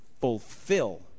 fulfill